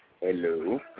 Hello